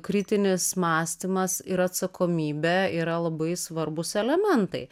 kritinis mąstymas ir atsakomybė yra labai svarbūs elementai